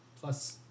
Plus